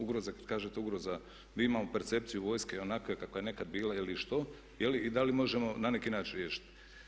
Ugroze, kada kažete ugroza, mi imamo percepciju vojske onakva kakva je nekada bila ili što, je li i da li možemo na neki način riješiti.